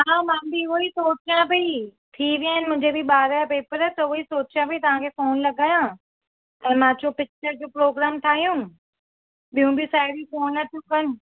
हा मां बि उहो ई सोचियां पई थी विया आहिनि मुंहिंजे ॿार जा पेपर त उहो ई सोचियां पई तव्हांखे फ़ोन लॻायां ऐं मां चयो पिक्चर जो प्रोग्राम ठाहियूं ॿियूं बि साहेड़ियूं फ़ोन थियूं कनि